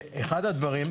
אחד הדברים,